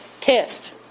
test